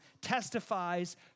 testifies